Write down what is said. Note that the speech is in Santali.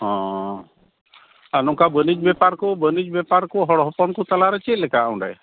ᱚ ᱟᱨ ᱱᱚᱝᱠᱟ ᱵᱟᱹᱱᱤᱡᱽᱼᱵᱮᱯᱟᱨ ᱠᱚ ᱵᱟᱹᱱᱤᱡᱽᱼᱵᱮᱯᱟᱨ ᱠᱚ ᱦᱚᱲ ᱦᱚᱯᱚᱱ ᱠᱚ ᱛᱟᱞᱟᱨᱮ ᱪᱮᱫ ᱞᱮᱠᱟ ᱚᱸᱰᱮ